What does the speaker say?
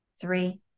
three